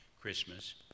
Christmas